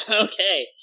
Okay